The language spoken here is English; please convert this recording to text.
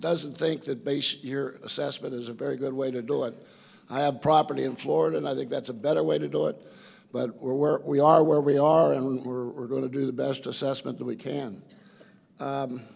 doesn't think that base your assessment is a very good way to do it i have property in florida and i think that's a better way to do it but we're where we are where we are and were going to do the best assessment that we can